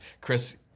Chris